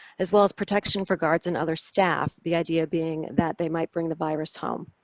as well as protection for guards and other staff, the idea being that they might bring the virus home?